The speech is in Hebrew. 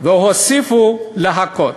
והוסיפו לחכות.